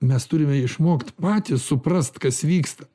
mes turime išmokt patys suprast kas vyksta